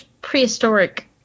prehistoric